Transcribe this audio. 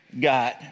God